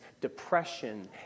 depression